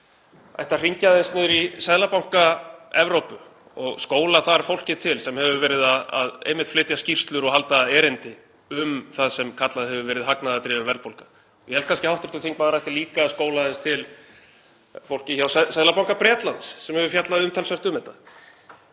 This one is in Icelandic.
ætti að hringja aðeins niður í Seðlabanka Evrópu og skóla þar fólkið til sem hefur einmitt verið að flytja skýrslur og halda erindi um það sem kallað hefur verið hagnaðardrifin verðbólga. Ég held kannski að hv. þingmaður ætti líka að skóla aðeins til fólkið hjá Seðlabanka Bretlands sem hefur fjallað umtalsvert um þetta.